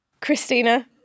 Christina